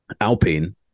Alpine